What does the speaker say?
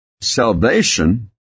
Salvation